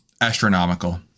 astronomical